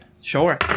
Sure